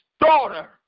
daughter